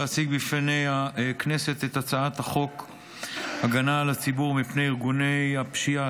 להציג בפני הכנסת את הצעת חוק הגנה על הציבור מפני ארגוני פשיעה,